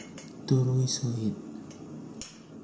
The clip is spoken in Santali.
ᱛᱩᱨᱩᱭ ᱥᱚᱦᱤᱛ